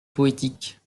poétiques